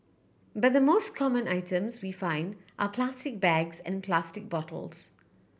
but the most common items we find are plastic bags and plastic bottles